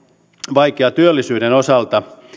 vaikea työllisyyden osalta